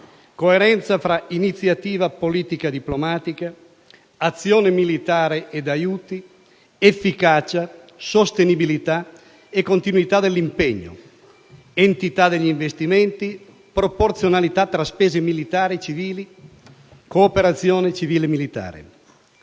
coerenza fra iniziativa politica-diplomatica, azione militare ed aiuti, efficacia, sostenibilità e continuità dell'impegno; sull'entità degli investimenti; sulla proporzionalità tra spese militari e civili; sulla cooperazione civile-militare.